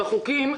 שבחוקים,